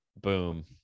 Boom